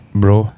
bro